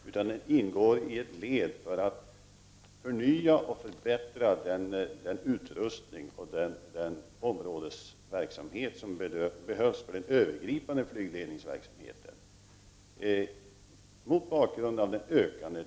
Ändringen ingår i ett led att förnya och förbättra den utrustning och områdesverksamhet som behövs för den övergripande flygledningsverksamheten.